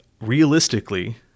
Realistically